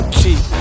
cheap